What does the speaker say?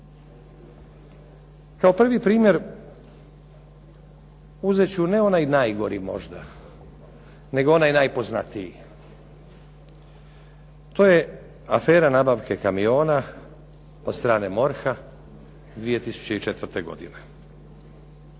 Kao prvi primjer uzet ću ne onaj najgori možda, nego onaj najpoznatiji. To je afera nabavke kamiona od strane MORH-a 2004. godine.